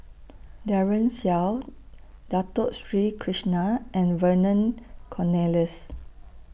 Daren Shiau Dato Sri Krishna and Vernon Cornelius